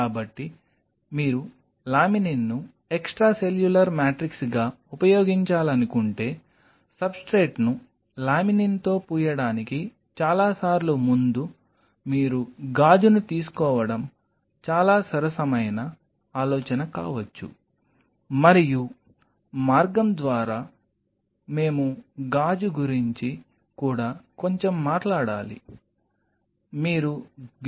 కాబట్టి మీరు లామినిన్ను ఎక్స్ట్రాసెల్యులర్ మ్యాట్రిక్స్గా ఉపయోగించాలనుకుంటే సబ్స్ట్రేట్ను లామినిన్తో పూయడానికి చాలా సార్లు ముందు మీరు గాజును తీసుకోవడం చాలా సరసమైన ఆలోచన కావచ్చు మరియు మార్గం ద్వారా మేము గాజు గురించి కూడా కొంచెం మాట్లాడాలి